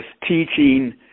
teaching